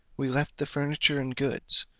we left the furniture and goods,